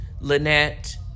Lynette